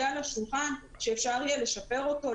שהוא יהיה על השולחן ואפשר יהיה לשפר אותו,